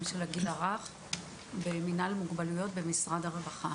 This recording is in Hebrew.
גיל הרך במינהל מוגבלויות במשרד הרווחה.